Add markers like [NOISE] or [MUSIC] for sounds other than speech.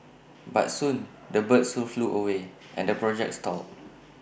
but soon the birds soon flew away [NOISE] and the project stalled